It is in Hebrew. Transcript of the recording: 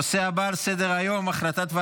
הנושא הבא על סדר-היום: החלטת,